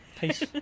peace